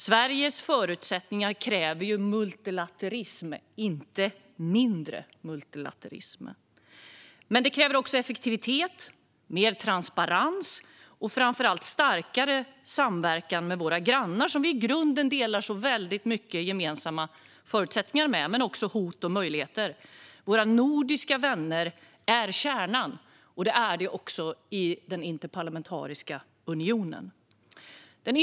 Sveriges förutsättningar kräver mer multilateralism, inte mindre multilateralism. Men de kräver också effektivitet, mer transparens och framför allt starkare samverkan med våra grannar, som vi i grunden delar så mycket gemensamma förutsättningar med samt även hot och möjligheter. Våra nordiska vänner är kärnan, och de är det också i Interparlamentariska unionen.